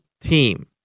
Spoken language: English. team